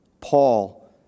Paul